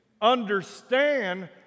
understand